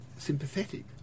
sympathetic